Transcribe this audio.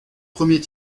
premier